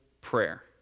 prayer